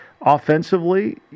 offensively